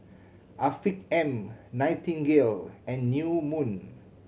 Afiq M Nightingale and New Moon